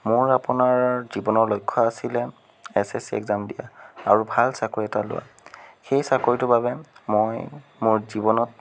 মোৰ আপোনাৰ জীৱনৰ লক্ষ্য আছিলে এছ এছ চি এক্সাম দিয়া আৰু ভাল চাকৰি এটা লোৱা সেই চাকৰিটোৰ বাবে মই মোৰ জীৱনত